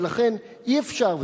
ולכן אי-אפשר,